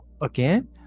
Again